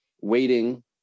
waiting